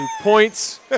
points